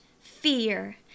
fear